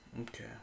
Okay